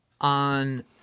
on